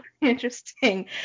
interesting